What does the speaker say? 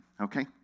okay